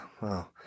Wow